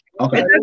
Okay